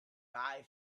bye